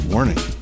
Warning